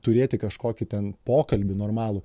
turėti kažkokį ten pokalbį normalų